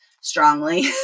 strongly